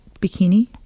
bikini